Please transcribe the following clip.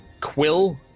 Quill